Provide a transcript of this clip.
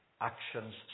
actions